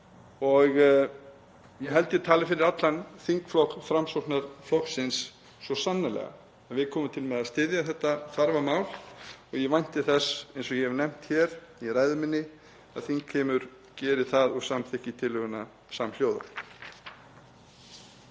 og ég held ég tali fyrir allan þingflokk Framsóknarflokksins svo sannarlega að við komum til með að styðja þetta þarfa mál. Ég vænti þess, eins og ég hef nefnt hér í ræðu minni, að þingheimur geri það og samþykki tillöguna samhljóða.